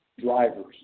drivers